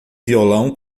violão